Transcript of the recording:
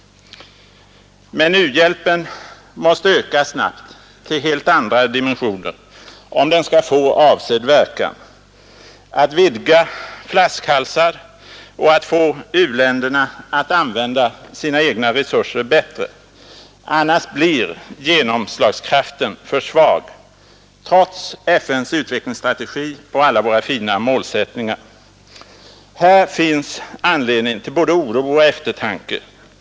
Men u-hjälpen måste öka snabbt till helt andra dimensioner, om den skall få avsedd verkan: att vidga flaskhalsar och att få u-länderna att använda sina egna resurser bättre. Annars blir genomslagskraften för svag — trots FN:s utvecklingsstrategi och alla våra fina målsättningar. Här finns anledning till både oro och eftertanke.